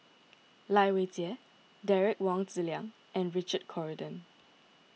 Lai Weijie Derek Wong Zi Liang and Richard Corridon